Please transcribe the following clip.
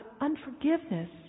unforgiveness